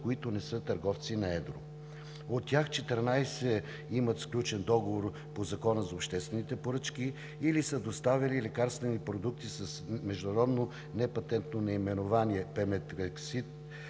които не са търговци на едро. От тях 14 имат сключен договор по Закона за обществените поръчки или са доставили лекарствен продукт с международно непатентно наименование Pemetrexed